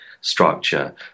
structure